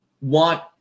want